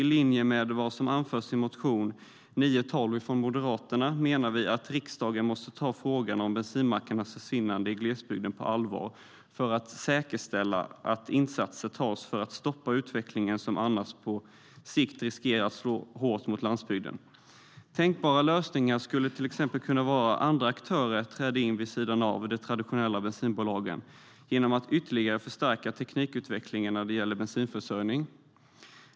I linje med vad som anförs i motion 912 från Moderaterna menar vi att riksdagen måste ta frågan om bensinmackarnas försvinnande från glesbygden på allvar för att säkerställa att insatser tas för att stoppa utvecklingen som annars på sikt riskerar att slå hårt mot landsbygden. Tänkbara lösningar skulle till exempel kunna vara att andra aktörer träder in vid sidan av de traditionella bensinbolagen genom att ytterligare förstärka teknikutvecklingen när det gäller bensinförsörjningen.